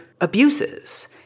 abuses